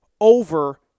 over